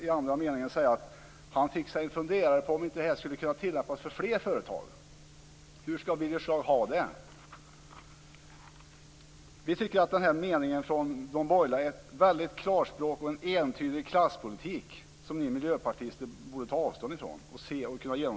I nästa mening sade han att han funderade på om det inte skulle kunna tillämpas på fler företag. Hur skall Birger Schlaug ha det? Vi tycker att den meningen i de borgerligas yttrande är klarspråk för en entydig klasspolitik. Den borde ni miljöpartister kunna genomskåda och ta avstånd från.